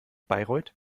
bayreuth